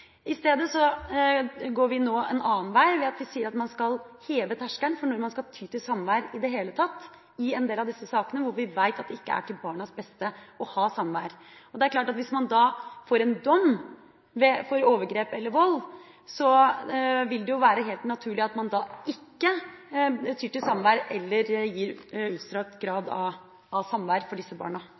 går nå i stedet en annen vei, ved at vi sier at man skal heve terskelen for når man skal ty til samvær i det hele tatt i en del av disse sakene, hvor vi vet at det ikke er til barnas beste å ha samvær. Hvis man får en dom for overgrep eller vold, vil det være helt naturlig at man ikke tyr til samvær eller gir utstrakt grad av samvær med disse barna.